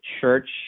church